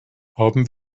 haben